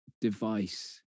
device